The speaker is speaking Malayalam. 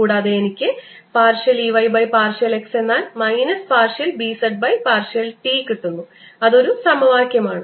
കൂടാതെ എനിക്ക് partial E y by partial x എന്നാൽ minus partial B z by partial t കിട്ടുന്നു അത് ഒരു സമവാക്യമാണ്